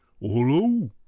hello